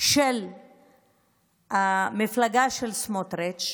של המפלגה של סמוטריץ',